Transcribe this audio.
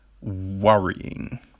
Worrying